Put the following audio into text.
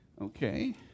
Okay